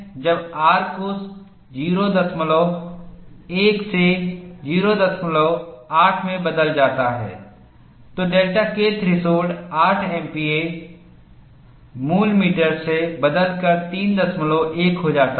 जब R को 01 से 08 में बदला जाता है तो डेल्टा K थ्रेसहोल्ड 8 MPa मूल मीटर से बदलकर 31 हो जाता है